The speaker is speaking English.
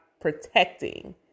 protecting